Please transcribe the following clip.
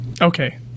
okay